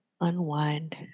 Unwind